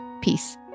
Peace